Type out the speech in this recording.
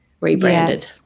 rebranded